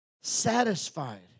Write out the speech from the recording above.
satisfied